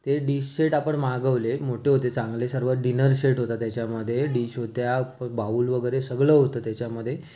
ते dish set आपण मागवले मोठे होते चांगले सर्व डिनर सेट होता त्याच्यामध्ये डिश होत्या बाउल वगैरे सगळं होतं त्याच्यामध्ये